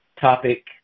topic